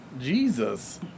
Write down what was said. Jesus